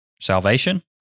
salvation